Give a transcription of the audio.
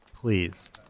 please